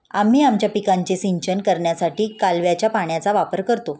आम्ही आमच्या पिकांचे सिंचन करण्यासाठी कालव्याच्या पाण्याचा वापर करतो